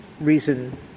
reason